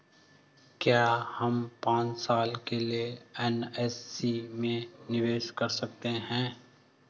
क्या हम पांच साल के लिए एन.एस.सी में निवेश कर सकते हैं?